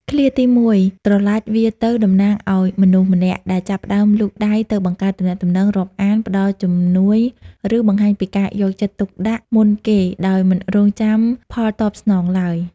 ឃ្លាទីមួយ "ប្រឡាចវារទៅ" តំណាងឲ្យមនុស្សម្នាក់ដែលចាប់ផ្តើមលូកដៃទៅបង្កើតទំនាក់ទំនង រាប់អាន ផ្តល់ជំនួយ ឬបង្ហាញពីការយកចិត្តទុកដាក់មុនគេដោយមិនរង់ចាំផលតបស្នងឡើយ។